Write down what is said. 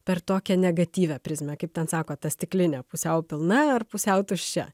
per tokią negatyvią prizmę kaip ten sako ta stiklinė pusiau pilna ar pusiau tuščia